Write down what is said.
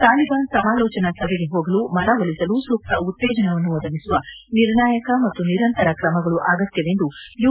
ತಾಲಿಬಾನ್ ಸಮಾಲೋಚನಾ ಸಭೆಗೆ ಹೋಗಲು ಮನವೊಲಿಸಲು ಸೂಕ್ತ ಉತ್ತೇಜನವನ್ನು ಒದಗಿಸುವ ನಿರ್ಣಾಯಕ ಮತ್ತು ನಿರಂತರ ಕ್ರಮಗಳು ಅಗತ್ವವೆಂದು ಯು